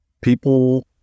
people